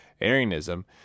Arianism